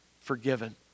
Forgiven